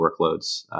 workloads